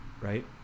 right